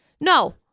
No